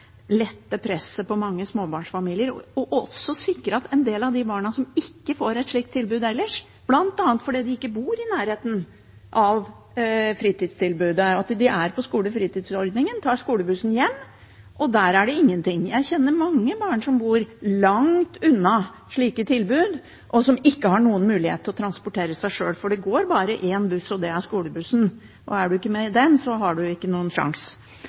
lette presset på mange småbarnsfamilier og også sikre et tilbud til en del av de barna som ellers ikke får et slikt tilbud, bl.a. fordi de ikke bor i nærheten av fritidstilbudet. De er på skolefritidsordningen, tar skolebussen hjem, og der er det ingenting. Jeg kjenner mange barn som bor langt unna slike tilbud, og som ikke har noen mulighet til å transportere seg sjøl, for det går bare én buss, og det er skolebussen, og er man ikke med i den, har man ikke noen